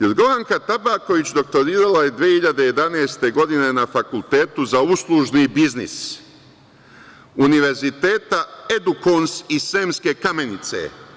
Jorgovanka Tabaković doktorirala je 2011. godine na Fakultetu za uslužni biznis, Univerziteta „Edukons“ iz Sremske Kamenice.